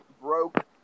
broke